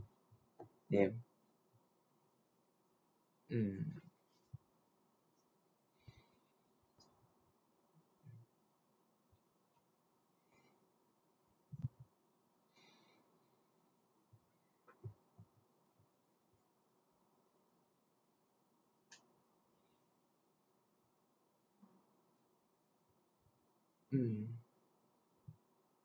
damn mm mm